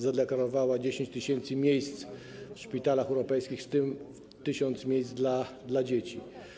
Zadeklarowała 10 tys. miejsc w szpitalach europejskich, w tym 1 tys. miejsc dla dzieci.